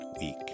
week